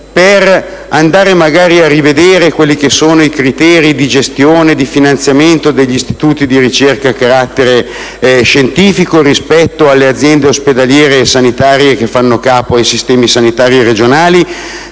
per cercare di rivedere i criteri di gestione e di finanziamento degli istituti di ricerca a carattere scientifico rispetto alle aziende ospedaliere sanitarie che fanno capo ai sistemi sanitari regionali.